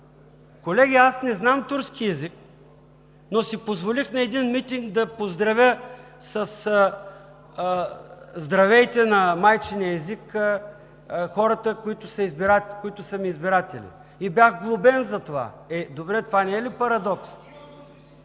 Колеги, аз не знам турски език, но си позволих на един митинг да поздравя със „здравейте“ на майчиния език хората, които са ми избиратели и бях глобен за това. Е добре, това не е ли парадокс?